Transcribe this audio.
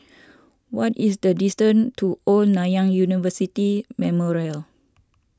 what is the distance to Old Nanyang University Memorial